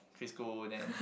quit school then